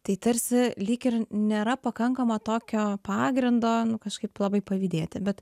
tai tarsi lyg ir nėra pakankamo tokio pagrindo nu kažkaip labai pavydėti bet